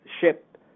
ship